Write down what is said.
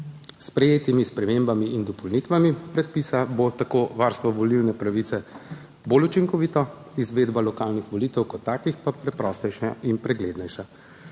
S sprejetimi spremembami in dopolnitvami predpisa bo tako varstvo volilne pravice bolj učinkovito, izvedba lokalnih volitev kot takih pa preprostejša in preglednejša